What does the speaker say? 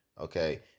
Okay